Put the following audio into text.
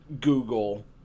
Google